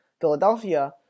Philadelphia